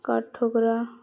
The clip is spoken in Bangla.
কাঠ ঠোকরা